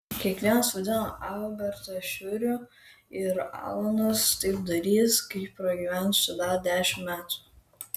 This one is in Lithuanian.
kiekvienas vadino albertą šiuriu ir alanas taip darys kai pragyvens čia dar dešimt metų